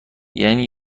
یعنی